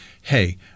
hey